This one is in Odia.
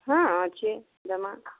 ହଁ ଅଛି ଜମା